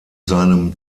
seinem